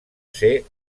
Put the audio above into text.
ser